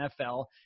NFL